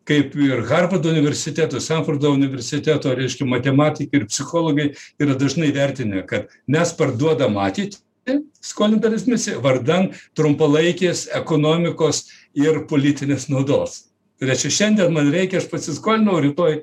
kaip ir harvardo universiteto stenfordo universiteto reiškia matematikai ir psichologai yra dažnai įvertinę kad mes parduodam ateitį skolindamiesi vardan trumpalaikės ekonomikos ir politinės naudos tai reiškia šiandien man reikia aš pasiskolinau rytoj